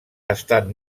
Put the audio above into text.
estan